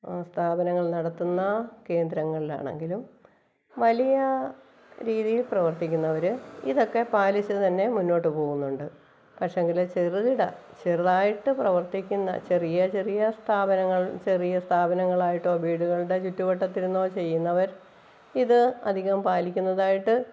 സ്ഥാപനങ്ങൾ നടത്തുന്ന കേന്ദ്രങ്ങളിലാണെങ്കിലും വലിയ രീതിയിൽ പ്രവർത്തിക്കുന്നവർ ഇതൊക്കെ പാലിച്ച് തന്നെ മുന്നോട്ടു പോകുന്നുണ്ട് പക്ഷെയെങ്കിൽ ചെറുകിട ചെറുതായിട്ട് പ്രവർത്തിക്കുന്ന ചെറിയ ചെറിയ സ്ഥാപനങ്ങൾ ചെറിയ സ്ഥാപനങ്ങളായിട്ടോ വീടുകളുടെ ചുറ്റുവട്ടത്തിരുന്നോ ചെയ്യുന്നവർ ഇത് അധികം പാലിക്കുന്നതായിട്ട്